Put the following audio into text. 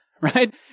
right